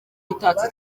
itatse